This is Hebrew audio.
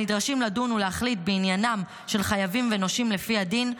הנדרשים לדון ולהחליט בעניינם של חייבים ונושים לפי הדין,